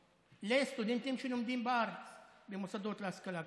לסטודנטים שלומדים בארץ במוסדות להשכלה גבוהה.